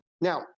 Now